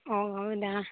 ಓಹ್ ಹೌದಾ